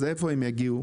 אז איפה הם יגיעו?